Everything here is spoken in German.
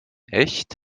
echt